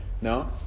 no